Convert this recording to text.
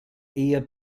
eher